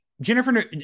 Jennifer